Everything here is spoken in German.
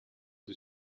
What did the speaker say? des